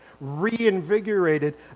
reinvigorated